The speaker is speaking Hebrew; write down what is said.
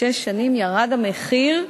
בשש שנים ירד המחיר ב-50%.